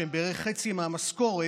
שהם בערך חצי מהמשכורת,